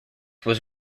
was